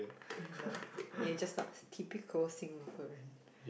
no you're just not typical Singaporean